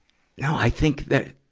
you know i think that,